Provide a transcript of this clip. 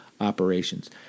operations